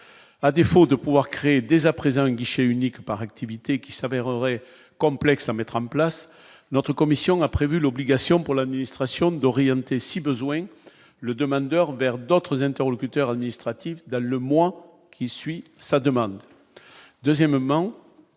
à défaut de pouvoir créer des à présent un guichet unique par activité qui s'avérerait complexe à mettre en place notre commission a prévu l'obligation pour l'administration d'orienter, si besoin, le demandeur vers d'autres interlocuteurs administrative dans le mois qui suit sa demande,